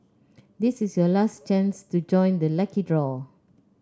this is your last chance to join the lucky draw